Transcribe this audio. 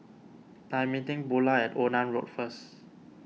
I am meeting Bula at Onan Road first